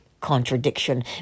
contradiction